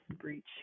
breach